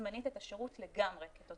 זמנית את השירות לגמרי כתוצאה מהדבר הזה.